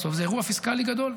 בסוף זה אירוע פיסקלי גדול,